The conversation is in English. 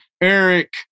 Eric